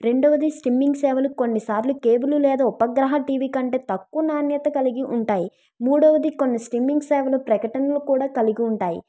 రెండవది స్టిమ్మింగ్ సేవలు కొన్నిసార్లు కేబుల్ లేదా ఉపగ్రహ టీవీ కంటే తక్కువ నాణ్యత కలిగి ఉంటాయి మూడవది కొన్ని స్తిమ్మింగ్ సేవలు ప్రకటనలను కూడా కలిగి ఉంటాయి